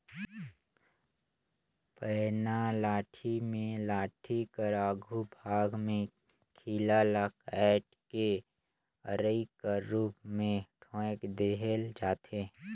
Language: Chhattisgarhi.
पैना लाठी मे लाठी कर आघु भाग मे खीला ल काएट के अरई कर रूप मे ठोएक देहल जाथे